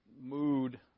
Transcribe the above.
mood